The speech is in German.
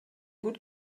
gut